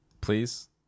Please